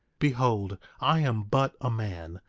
behold, i am but a man,